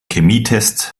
chemietest